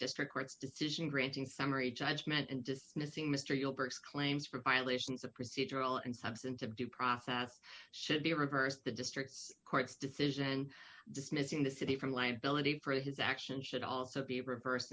district court's decision granting summary judgment and dismissing mr gilbert claims for violations of procedural and substantive due process should be reversed the district's court's decision dismissing the city from liability for his action should also be reverse